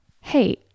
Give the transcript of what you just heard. Hey